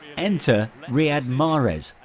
enter riyad mahrez,